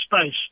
space